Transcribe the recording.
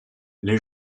les